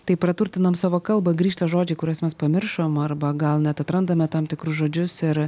taip praturtinam savo kalbą grįžta žodžiai kuriuos mes pamiršom arba gal net atrandame tam tikrus žodžius ir